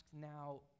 now